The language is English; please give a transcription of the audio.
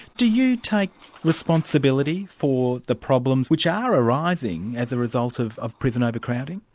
do you take responsibility for the problems which are arising as a result of of prison overcrowding?